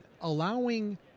allowing